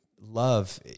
love